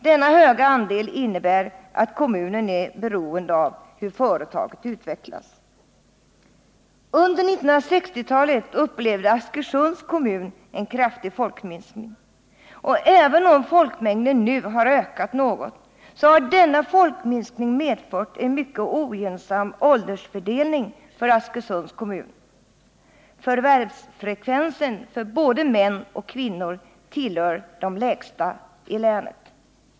Denna höga andel innebär att kommunen är beroende av hur företaget utvecklas. Under 1960-talet upplevde Askersunds kommun en kraftig folkminskning. Även om folkmängden nu har ökat något har denna folkminskning medfört en mycket ogynnsam åldersfördelning för Askersunds kommun. Förvärvsfrekvensen för både män och kvinnor är en av de lägsta i länet.